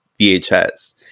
VHS